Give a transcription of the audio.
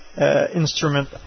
instrument